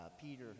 peter